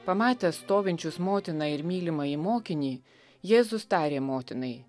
pamatęs stovinčius motiną ir mylimąjį mokinį jėzus tarė motinai